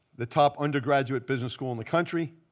the top undergraduate business school in the country.